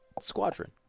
Squadron